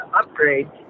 upgrade